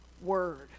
word